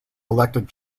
elected